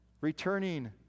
returning